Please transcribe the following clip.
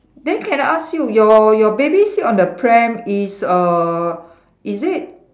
then can I ask you your your baby sit on the pram is err is it